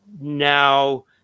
Now